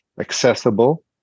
accessible